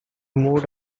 moved